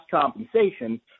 compensation